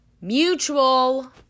mutual